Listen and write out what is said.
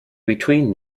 between